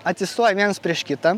atsistoja vienas prieš kitą